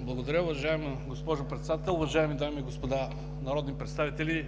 Благодаря, уважаема госпожо Председател. Уважаеми дами и господа народни представители!